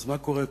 אז מה קורה כאן?